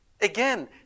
Again